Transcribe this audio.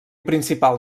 principal